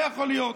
לא יכול להיות.